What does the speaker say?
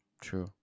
True